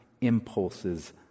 impulses